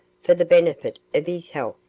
for the benefit of his health,